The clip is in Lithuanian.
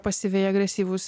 pasyviai agresyvūs